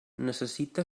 necessita